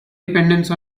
dependence